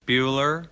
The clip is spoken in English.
Bueller